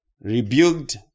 rebuked